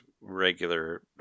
regular